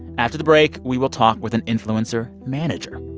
after the break, we will talk with an influencer manager.